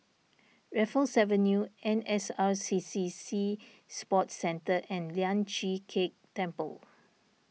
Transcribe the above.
Raffles Avenue N S R C C Sea Sports Centre and Lian Chee Kek Temple